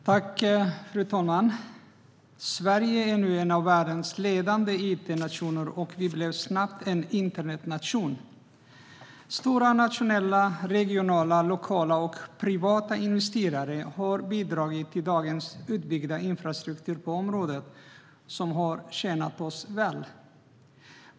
Fru talman! Sverige är nu en av världens ledande itnationer, och vi blev snabbt en internetnation. Stora nationella, regionala, lokala och privata investerare har bidragit till dagens utbyggda infrastruktur på området, som har tjänat oss väl.